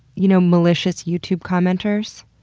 you know malicious youtube commenters?